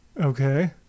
Okay